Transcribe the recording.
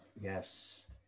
Yes